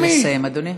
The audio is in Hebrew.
נא לסיים, אדוני.